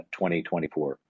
2024